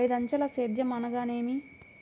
ఐదంచెల సేద్యం అనగా నేమి?